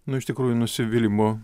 nu iš tikrųjų nusivylimo